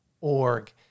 org